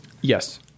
Yes